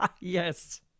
yes